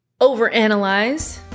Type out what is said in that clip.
overanalyze